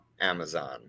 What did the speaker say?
Amazon